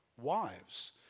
wives